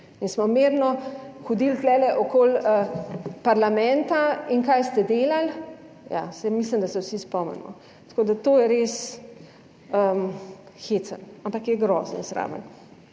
in smo mirno hodili tule okoli parlamenta. In kaj ste delali? Ja, saj mislim, da se vsi spomnimo. Tako da to je res hecno, ampak je grozno zraven.